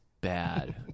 Bad